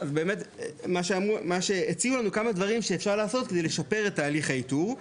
מה שהציעו לנו אלו כמה דברים שאפשר לעשות כדי לשפר את תהליך האיתור,